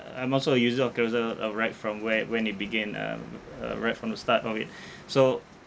I'm also a user of Carousell uh right from where when it began uh uh right from the start of it so